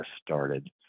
started